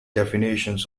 definitions